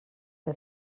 que